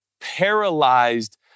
paralyzed